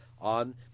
on